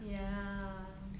ya